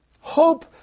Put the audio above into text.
Hope